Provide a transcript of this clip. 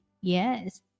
yes